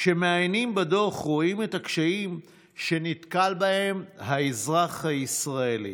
כשמעיינים בדוח רואים את הקשיים שנתקל בהם האזרח הישראלי,